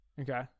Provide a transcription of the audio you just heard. Okay